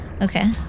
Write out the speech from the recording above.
Okay